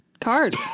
card